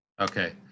Okay